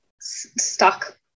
stuck